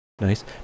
Nice